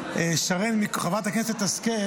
חברת הכנסת השכל